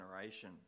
generation